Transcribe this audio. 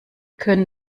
können